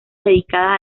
dedicadas